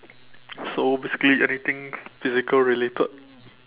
so basically anything physical related